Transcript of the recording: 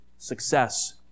Success